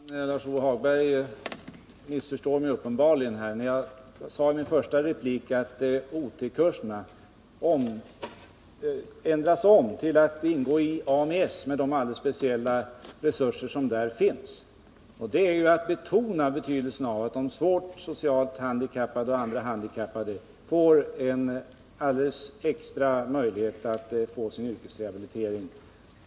Herr talman! Lars-Ove Hagberg missförstår mig uppenbarligen. Jag sade i min första replik att OT-kurserna kommer att ingå i AMI-S med de alldeles speciella resurser som där finns. Det innebär att man betonar betydelsen av att de svårt socialt eller på annat sätt handikappade får en alldeles speciell möjlighet till yrkesrehabilitering.